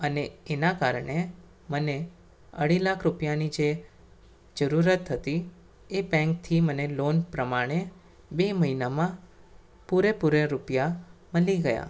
અને એના કારણે મને અઢી લાખ રૂપિયાની જે જરૂરત હતી એ બેંકથી મને લોન પ્રમાણે બે મહિનામાં પૂરેપૂરાં રૂપિયા મળી ગયા